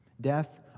death